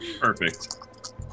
Perfect